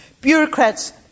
Bureaucrats